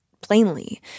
plainly